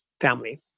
family